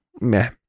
meh